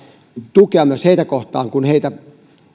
tukea myös heitä kohtaan kun heitä